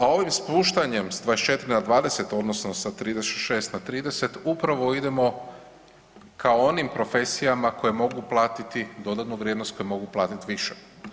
A ovim spuštanjem s 24 na 20 odnosno sa 36 na 30 upravo idemo ka onim profesijama koje mogu platiti dodatnu vrijednost, koji mogu platiti više.